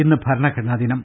ഇന്ന് ഭരണഘടനാ ദിനം